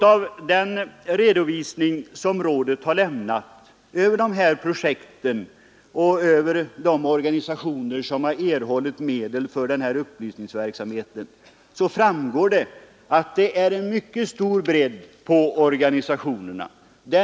Av den redovisning som rådet har lämnat över dessa projekt och över de organisationers verksamhet som erhållit medel för upplysningsverksamhet framgår att organisationerna har en mycket stor bredd.